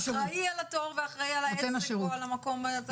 שאחראי על התור, ואחראי על העסק, או על המקום.